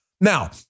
Now